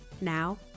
now